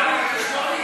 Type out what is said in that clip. שאף אחד